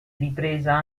ripresa